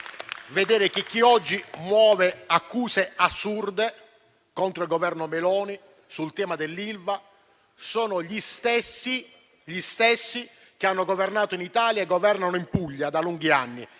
vedere che oggi a muovere accuse assurde contro il Governo Meloni sul tema dell'Ilva sono gli stessi che hanno governato in Italia e in Puglia da lunghi anni